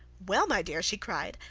well, my dear, she cried,